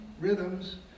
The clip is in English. rhythms